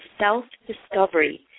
self-discovery